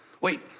wait